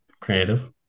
creative